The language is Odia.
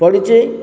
ପଡ଼ିଛି